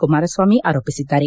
ಕುಮಾರಸ್ವಾಮಿ ಆರೋಪಿಸಿದ್ದಾರೆ